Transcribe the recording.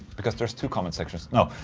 because there's two comment sections. no,